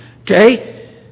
Okay